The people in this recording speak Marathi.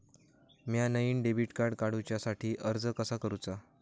म्या नईन डेबिट कार्ड काडुच्या साठी अर्ज कसा करूचा?